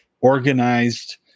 organized